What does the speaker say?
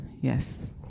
yes